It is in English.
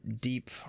deep